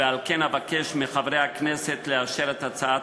ועל כן אבקש מחברי הכנסת לאשר את הצעת